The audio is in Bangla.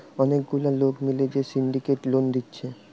অনেক গুলা লোক মিলে যে সিন্ডিকেট লোন দিচ্ছে